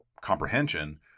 comprehension